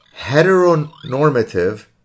Heteronormative